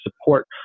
support